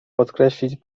podkreślić